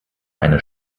eine